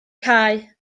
cau